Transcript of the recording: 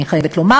אני חייבת לומר,